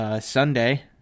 Sunday